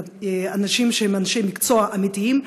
אנשים שהם אנשי מקצוע אמיתיים,